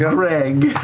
greg